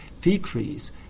decrease